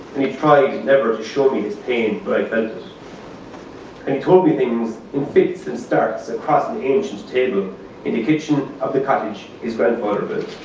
and he tried never to show me his pain, but i felt and he told me things in fits and starts across the ancient table in the kitchen of the cottage his grandfather built.